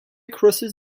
crosses